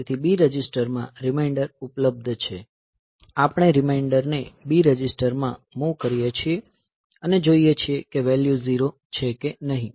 તેથી B રજિસ્ટરમાં reminder ઉપલબ્ધ છે આપણે રીમાઇન્ડરને B રજિસ્ટરમાં મૂવ કરીએ છીએ અને જોઈએ છીએ કે વેલ્યુ 0 છે કે નહીં